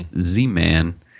Z-Man